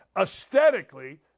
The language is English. Aesthetically